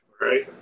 Right